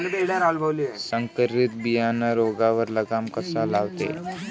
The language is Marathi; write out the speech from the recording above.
संकरीत बियानं रोगावर लगाम कसा लावते?